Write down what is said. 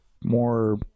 more